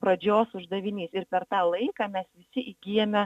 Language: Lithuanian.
pradžios uždavinys ir per tą laiką mes visi įgyjame